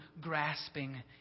grasping